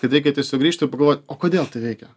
kad reikia tik sugrįžt ir pagalvot o kodėl tai veikia